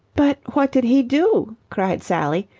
but what did he do? cried sally,